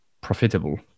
profitable